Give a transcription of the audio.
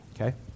Okay